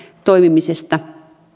toimimisesta